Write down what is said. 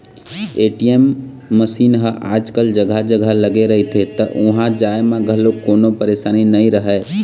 ATM machine ह आजकल जघा जघा लगे रहिथे त उहाँ जाए म घलोक कोनो परसानी नइ रहय